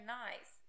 nice